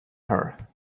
her